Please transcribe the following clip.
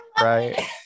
right